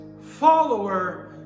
follower